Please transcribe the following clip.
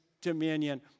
dominion